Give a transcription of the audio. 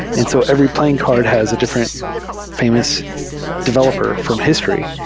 and so every playing card has a different famous developer from history.